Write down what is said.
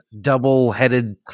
double-headed